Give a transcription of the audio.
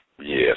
Yes